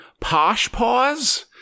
Poshpaws